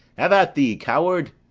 have at thee, coward!